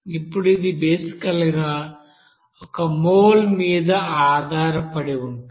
ఇప్పుడు ఇది బేసికల్ గా ఒక మోల్ మీద ఆధారపడి ఉంటుంది